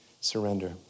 surrender